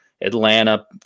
Atlanta